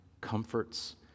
comforts